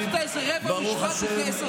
אני מצפה ממך להיות עקבי.